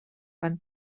van